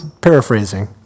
paraphrasing